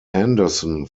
anderson